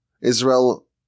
Israel